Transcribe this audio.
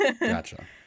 Gotcha